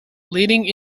leading